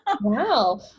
Wow